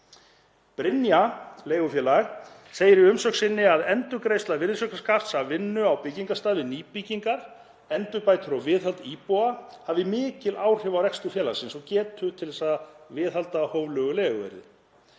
Brynja leigufélag segir í umsögn sinni að endurgreiðsla virðisaukaskatts af vinnu á byggingarstað við nýbyggingar, endurbætur og viðhald íbúða hafi mikil áhrif á rekstur félagsins og getu til að viðhalda hóflegu leiguverði.